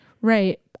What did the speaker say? right